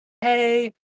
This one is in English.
hey